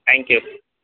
thank you